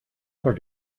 other